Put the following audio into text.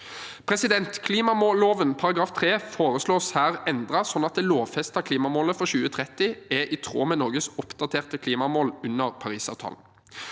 med EU. Klimaloven § 3 foreslås her endret, slik at det lovfestede klimamålet for 2030 er i tråd med Norges oppdaterte klimamål under Parisavtalen.